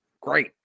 Great